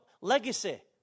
legacy